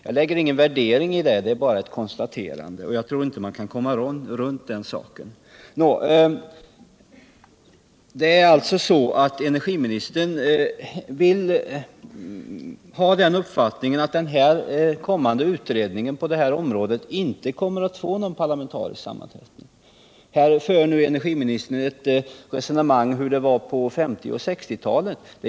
Jag lägger ingen värdering i det, utan det är bara ett konstaterande. Men jag tror inte man kan komma förbi detta faktum. Energiministern har alltså den uppfattningen att den kommande utredningen på detta område inte skall få någon parlamentarisk sammansättning. Energiministern för ett resonemang om hur det var på 1950 och 1960-talen.